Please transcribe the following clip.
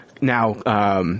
now